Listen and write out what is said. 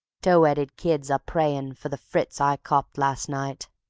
tow-headed kids are prayin' for the fritz i copped last night.